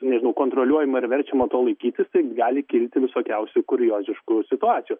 nežinau kontroliuojama ir verčiama to laikytis tai gali kilti visokiausių kurioziškų situacijų